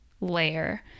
layer